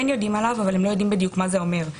יודעים עליו אבל לא יודעים שמה זה אומר.